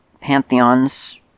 pantheons